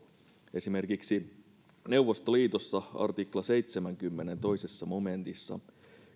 esimerkiksi neuvostoliitossa artikla seitsemänkymmenen toisessa momentissa